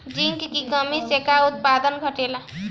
Zinc की कमी से का उत्पादन घटेला?